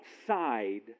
outside